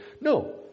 No